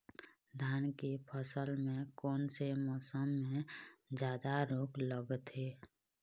धान के फसल मे कोन से मौसम मे जादा रोग लगथे?